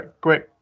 great